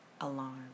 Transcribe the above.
alarm